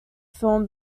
film